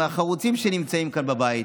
מהחרוצים שנמצאים כאן בבית.